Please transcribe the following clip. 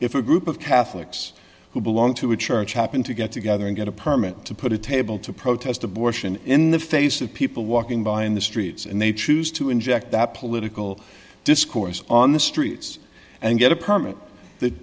if a group of catholics who belong to a church happened to get together and get a permit to put a table to protest abortion in the face of people walking by in the streets and they choose to inject that political discourse on the streets and get a permit the